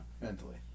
Mentally